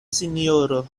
sinjoro